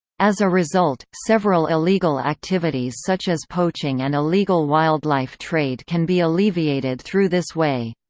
as a result, several illegal activities such as poaching and illegal wildlife trade can be alleviated through this way.